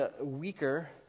weaker